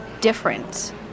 different